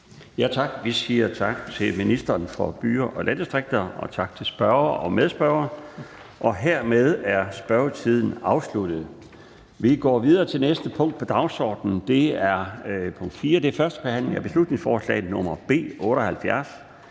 Tak. Vi siger tak til ministeren for byer og landdistrikter og tak til spørgeren og medspørgeren. Hermed er spørgetiden afsluttet. --- Det sidste punkt på dagsordenen er: 4) 1. behandling af beslutningsforslag nr. B 78: